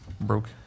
broke